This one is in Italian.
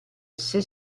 esse